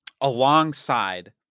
alongside